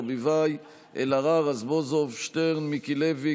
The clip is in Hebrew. אורנה ברביבאי,